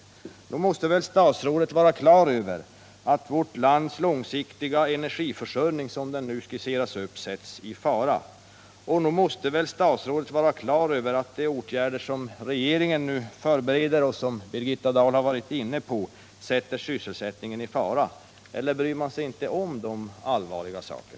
Statsrådet måste väl ändå ha klart för sig att vårt lands långsiktiga energiförsörjning såsom den nu skisserats upp sätts i fara. Nog måste väl statsrådet även ha klart för sig att de åtgärder som regeringen nu förbereder och som Birgitta Dahl varit inne på sätter sysselsättningen i fara. Eller bryr man sig inte om dessa allvarliga saker?